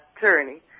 tyranny